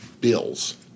bills